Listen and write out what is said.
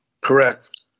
correct